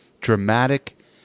dramatic